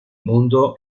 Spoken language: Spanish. mundo